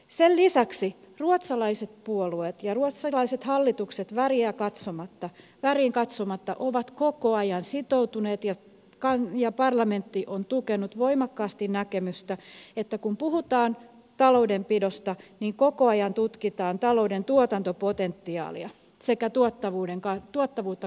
sen lisäksi ruotsalaiset puolueet ja ruotsalaiset hallitukset väriin katsomatta ovat koko ajan sitoutuneet ja parlamentti on tukenut voimakkaasti näkemystä että kun puhutaan taloudenpidosta niin koko ajan tutkitaan talouden tuotantopotentiaalia sekä tuottavuutta kasvattavia toimia